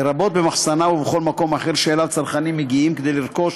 לרבות במחסניו ובכל מקום אחר שאליו צרכנים מגיעים כדי לרכוש